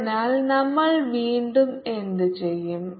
അതിനാൽ നമ്മൾ വീണ്ടും എന്തുചെയ്യും